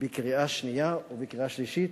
בקריאה שנייה ובקריאה שלישית.